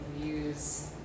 views